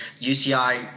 UCI